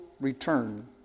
return